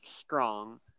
strong